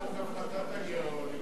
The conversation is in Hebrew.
הם מכפילים את הגירעון.